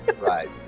right